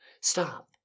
Stop